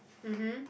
mmhmm